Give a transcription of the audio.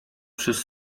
przez